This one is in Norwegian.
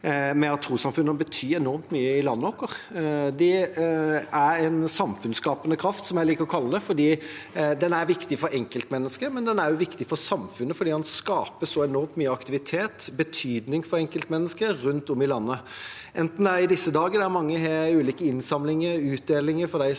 om at trossamfunnene betyr enormt mye i landet vårt. Det er en samfunnsskapende kraft, som jeg liker å kalle det, fordi det er viktig for enkeltmennesker, men det er også viktig for samfunnet, for det skaper så enormt mye aktivitet og har betydning for enkeltmennesker rundt om i landet, enten det er i disse dager, der mange har ulike innsamlinger og utdelinger for dem